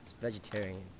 vegetarian